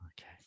Okay